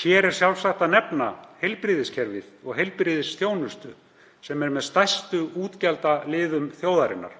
Hér er sjálfsagt að nefna heilbrigðiskerfið og heilbrigðisþjónustu sem er með stærstu útgjaldaliðum þjóðarinnar.